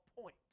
point